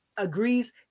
Agrees